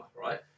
right